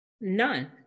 None